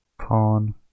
Pawn